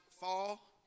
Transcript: fall